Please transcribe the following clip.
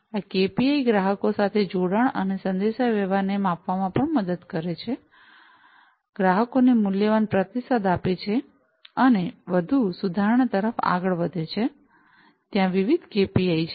આ કેપીઆઈ ગ્રાહકો સાથે જોડાણ અને સંદેશાવ્યવહારને માપવામાં પણ મદદ કરે છે ગ્રાહકોને મૂલ્યવાન પ્રતિસાદ આપે છે અને વધુ સુધારણા તરફ આગળ વધે છે ત્યાં વિવિધ કેપીઆઈ છે